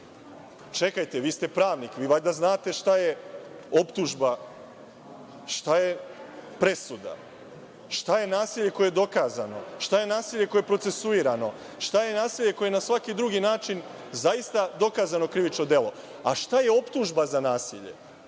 nasilja. Čekajte, vi ste pravnik, vi valjda znate šta je optužba, šta je presuda, šta je nasilje koje je dokazano, šta je nasilje koje je procesuirano, šta je nasilje koje na svaki drugi način zaista dokazano krivično delo, a šta je optužba za nasilje,